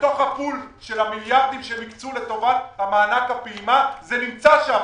בתוך הפול של המיליארדים שהם הקצו לטובת המענק הפעימה זה נמצא שם.